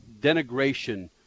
denigration